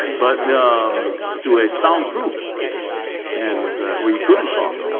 but yeah um to a soundproof cage and where you couldn't talk.